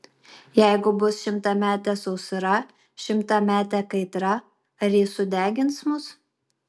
jeigu bus šimtametė sausra šimtametė kaitra ar ji sudegins mus